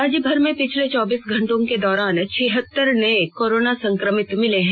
राज्यभर में पिछले चौबीस घंटे के दौरान छिहत्तर नये कोरोना संक्रमित मिले हैं